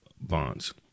bonds